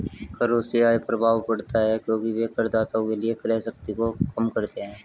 करों से आय प्रभाव पड़ता है क्योंकि वे करदाताओं के लिए क्रय शक्ति को कम करते हैं